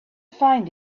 find